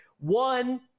one